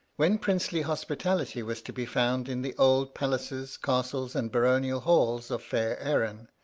when princely hospitality was to be found in the old palaces castles, and baronial halls of fair erin,